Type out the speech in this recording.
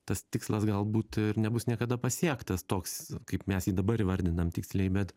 tas tikslas galbūt ir nebus niekada pasiektas toks kaip mes jį dabar įvardinam tiksliai bet